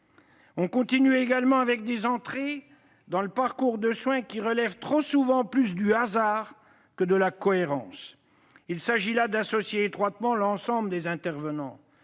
On continue également avec des entrées dans le parcours de soins qui, trop souvent, relèvent plus du hasard que de la cohérence. Il s'agit là d'associer étroitement l'ensemble des intervenants.